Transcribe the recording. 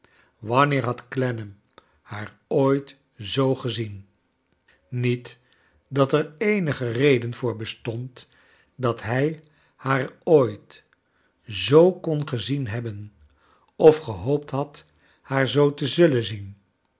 wanneer had clennam haar ooit zoo gezien niet charles dickens dat er eenige reden voor bestond dat hij haar ooit zoo kon gezien hebben of gehoopt had haar zoo te zullen zien